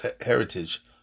heritage